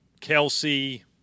Kelsey